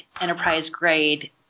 enterprise-grade